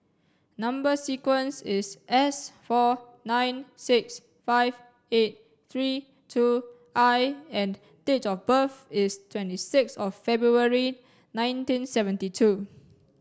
number sequence is S four nine six five eight three two I and date of birth is twenty sixth of February nineteen seventy two